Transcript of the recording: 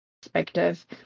perspective